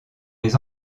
les